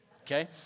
Okay